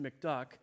McDuck